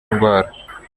ndwara